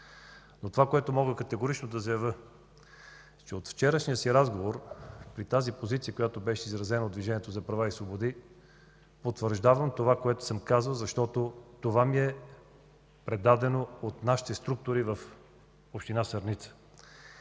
Това, което мога категорично да заявя, че от вчерашния си разговор при тази позиция, която беше изразена от Движението за права и свободи, потвърждавам това, което съм казал, защото това ми е предадено от нашите структури в община Сърница.